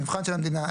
המבחן של המדינה.